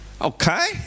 Okay